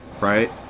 right